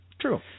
True